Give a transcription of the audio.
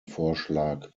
vorschlag